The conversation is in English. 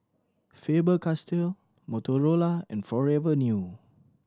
Faber Castell Motorola and Forever New